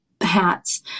hats